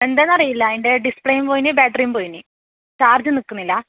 എന്താന്ന് അറിയില്ല അതിൻ്റെ ഡിസ്പ്ലേ പോയിനി ബാറ്ററി പോയിനി ചാർജ് നിൽക്കുന്നില്ല